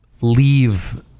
leave